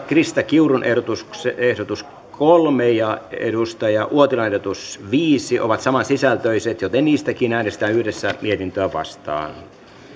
krista kiurun ehdotus kolme ja kari uotilan ehdotus viisi ovat saman sisältöisiä joten niistä äänestetään yhdessä mietintöä vastaan